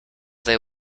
they